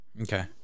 Okay